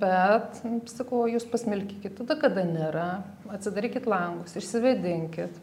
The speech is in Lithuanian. bet sakau o jūs pasmilkykit tada kada nėra atsidarykit langus išsivėdinkit